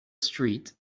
street